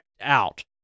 out